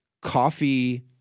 coffee